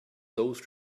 those